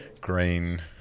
Green